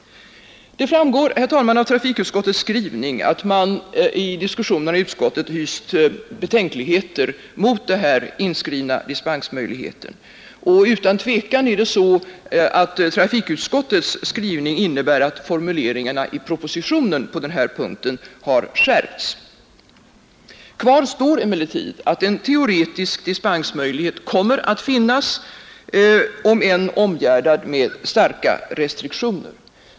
Det framgår, herr talman, av trafikutskottets skrivning att man under diskussionen i utskottet hyst betänkligheter mot den inskrivna dispensmöjligheten, och utan tvivel innebär utskottets skrivning att formuleringarna i propositionen på den här punkten har skärpts. Kvar står emellertid att en teoretisk dispensmöjlighet kommer att finnas, om än omgärdad med starka restriktioner.